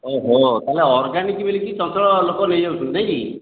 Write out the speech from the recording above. ଓ ହୋ ତାହେଲେ ଅର୍ଗାନିକ୍ ବୋଲି କି ଚଞ୍ଚଳ ଲୋକ ନେଇ ଯାଉଛନ୍ତି ନାହିଁ କି